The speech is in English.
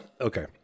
Okay